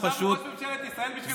עכשיו הוא ראש ממשלת ישראל בשבילך?